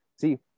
See